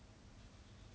gradually what no meh